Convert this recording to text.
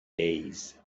days